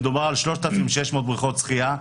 מדובר על 3,600 בריכות שחייה.